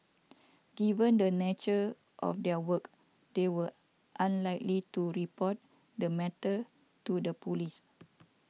given the nature of their work they were unlikely to report the matter to the police